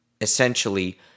essentially